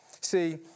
See